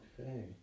Okay